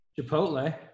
Chipotle